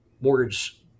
mortgage